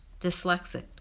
dyslexic